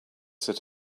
sit